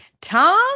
Tom